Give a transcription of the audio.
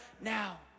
now